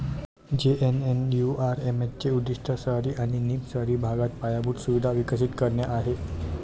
JNNURM चे उद्दीष्ट शहरी आणि निम शहरी भागात पायाभूत सुविधा विकसित करणे आहे